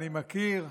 אני מכיר.